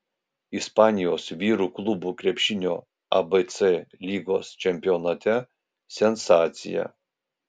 ispanijos vyrų klubų krepšinio abc lygos čempionate sensacija